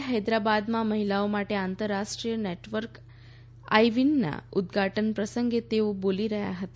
ગઈકાલે હૈદરાબાદમાં મહિલાઓ માટેના આંતરરાષ્રીયાય નેટવર્ક આઈવીનના ઉદઘાટન પ્રસંગે તેઓ બોલી રહ્યા હતા